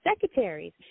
secretaries